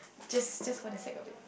just just what to say of it